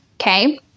Okay